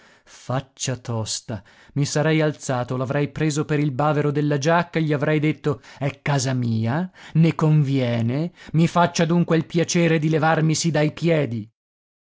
faccia tosta i sarei alzato l'avrei preso per il bavero della giacca gli avrei detto è casa mia ne conviene mi faccia dunque il piacere di levarmisi dai piedi